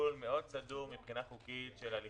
מסלול סדור מאוד מבחינה חוקית של הליכי הפקעה.